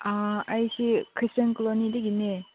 ꯑꯩꯁꯤ ꯈ꯭ꯔꯤꯁꯇꯦꯟ ꯀꯣꯂꯣꯅꯤꯗꯒꯤꯅꯦ